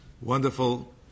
wonderful